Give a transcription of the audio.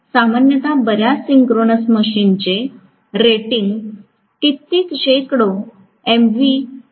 सामान्यत बर्याच सिंक्रोनस मशीन्सचे रेटिंग कित्येक शेकडो एमव्हीए असेल